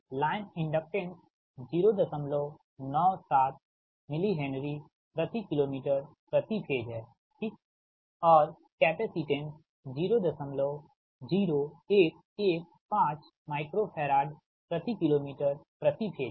line inductance 097 millihenry प्रति kilometre प्रति phase है ठीक और कैपेसिटेंस 00115 माइक्रो फैराड प्रति किलो मीटर प्रति फेज है